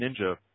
Ninja